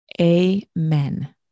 Amen